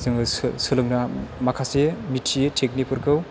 जोङो सो सोलोंना